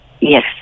Yes